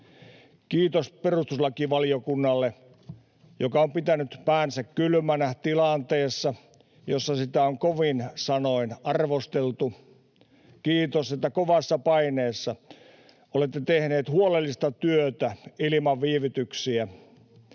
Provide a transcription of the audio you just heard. Kiitos perustuslakivaliokunnalle, joka on pitänyt päänsä kylmänä tilanteessa, jossa sitä on kovin sanoin arvosteltu; kiitos, että kovassa paineessa olette tehneet huolellista työtä ilman viivytyksiä.